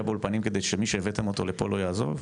באולפנים כדי שמי שהבאתם אותו לפה לא יעזוב?